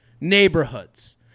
neighborhoods